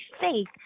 faith